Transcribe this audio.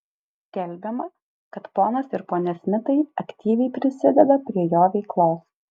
skelbiama kad ponas ir ponia smitai aktyviai prisideda prie jo veiklos